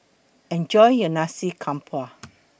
Enjoy your Nasi Campur